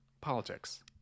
politics